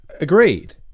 Agreed